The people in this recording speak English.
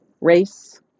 race